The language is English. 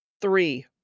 Three